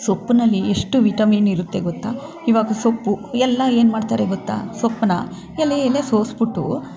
ಸೊಪ್ಪಿನಲ್ಲಿ ಎಷ್ಟು ವಿಟಮಿನ್ ಇರುತ್ತೆ ಗೊತ್ತಾ ಈವಾಗ ಸೊಪ್ಪು ಎಲ್ಲ ಏನ್ಮಾಡ್ತಾರೆ ಗೊತ್ತಾ ಸೊಪ್ಪನ್ನ ಎಲೆ ಎಲೆ ಸೋಸ್ಬಿಟ್ಟು